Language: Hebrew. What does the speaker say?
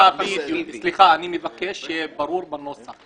אני מבקש שיהיה ברור בנוסח,